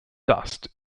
dust